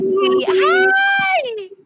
Hi